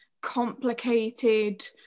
complicated